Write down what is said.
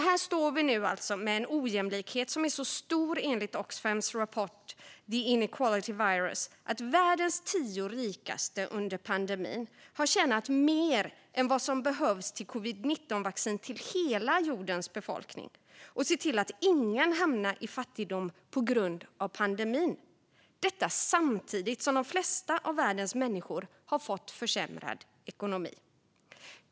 Här står vi alltså nu, med en ojämlikhet som enligt Oxfams rapport The Inequality Virus är så stor att världens tio rikaste personer under pandemin har tjänat mer än vad som behövs till covid-19-vaccin till hela jordens befolkning och för att se till att ingen hamnar i fattigdom på grund av pandemin. Detta pågår samtidigt som de flesta av världens människor har fått försämrad ekonomi.